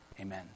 Amen